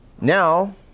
Now